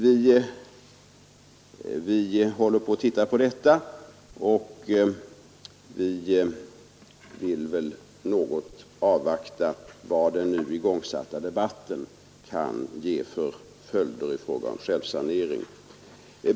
Vi tittar just på detta, och vi vill väl något avvakta vad den nu igångsatta debatten kan leda till i fråga om självsanering.